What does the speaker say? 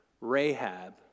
Rahab